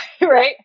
right